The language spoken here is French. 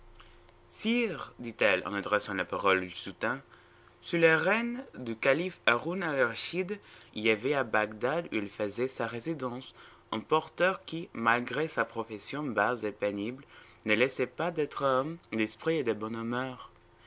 sire dit-elle en adressant la parole au sultan sous le règne du calife haroun alraschid il y avait à bagdad où il faisait sa résidence un porteur qui malgré sa profession basse et pénible ne laissait pas d'être homme d'esprit et de bonne humeur